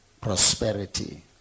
prosperity